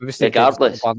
regardless